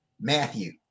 Matthew